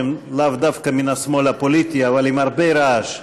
שהם לאו דווקא מן השמאל הפוליטי אבל עם הרבה רעש.